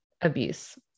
abuse